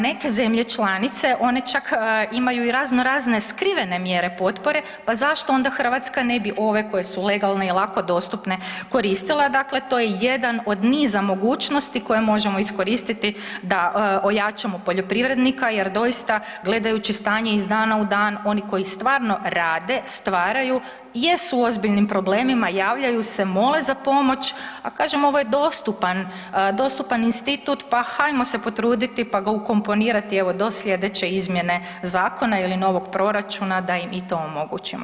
Neke zemlje članice one čak imaju i razno razne skrivene mjere potpore pa zašto onda ne bi Hrvatska ove koje su legalne i lako dostupne koristila, dakle to je jedan od niza mogućnosti koje možemo iskoristiti da ojačamo poljoprivrednika jer doista gledajući stanje iz dana u dan oni koji stvarno rade, stvaraju jesu u ozbiljnim problemima, javljaju se, mole za pomoć, a kažem ovo je dostupan institut pa hajmo se potruditi pa ga ukomponirati do sljedeće izmjene zakona ili novog proračuna da im i to omogućimo.